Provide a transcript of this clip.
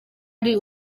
ari